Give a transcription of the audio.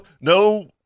no –